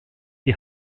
die